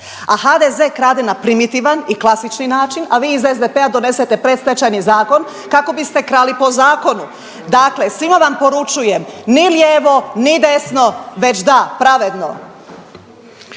a HDZ krade na primitivan i klasičan način, a vi iz SDP-a donesete Predstečajni zakon kako biste krali po zakonu. Dakle, svima vam poručujem, ni lijevo ni desno već da pravedno.